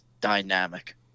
dynamic